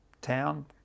town